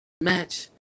match